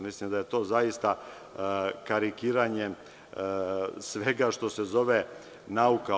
Mislim da je to zaista karikiranje svega što se zove nauka.